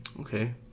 Okay